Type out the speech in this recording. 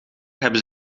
hebben